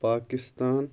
Pakistan